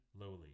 lowly